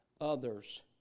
others